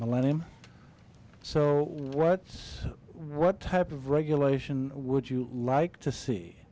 millennium so what's what type of regulation would you like to see